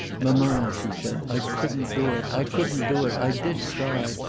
mamma, she said, i couldn't do it i couldn't do it. i did try.